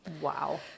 Wow